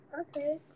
Okay